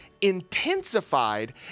intensified